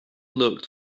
looked